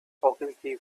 ogilvy